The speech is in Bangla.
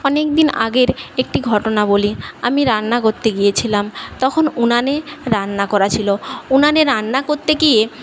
অনেকদিন আগের একটি ঘটনা বলি আমি রান্না করতে গিয়েছিলাম তখন উনুনে রান্না করা ছিল উনুনে রান্না করতে গিয়ে